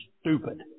stupid